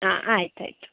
ಹಾಂ ಆಯಿತಾಯ್ತು